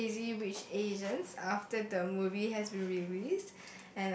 Crazy-Rich-Asians after the movies has been release